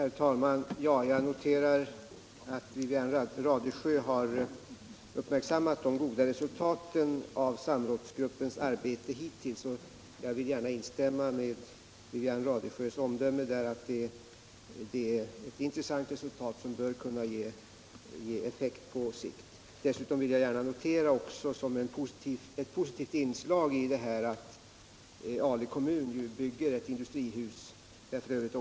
Herr talman! Jag noterar att Wivi-Anne Radesjö har uppmärksammat de goda resultaten av samrådsgruppens hittillsvarande arbete, och jag vill gärna instämma i Wivi-Anne Radesjös omdöme att det är ett intressant resultat som bör kunna ge effekt på sikt. Dessutom vill jag notera som ett positivt inslag i detta sammanhang att Ale kommun nu bygger ett industrihus, ett projekt där f.ö.